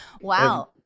Wow